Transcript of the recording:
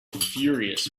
furious